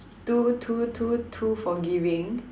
too too too too forgiving